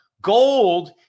gold